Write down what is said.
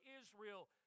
Israel